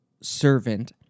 servant